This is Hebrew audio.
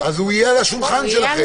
--- אז הוא יהיה על השולחן שלכם.